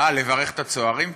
לברך את הצוערים פה?